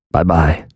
Bye-bye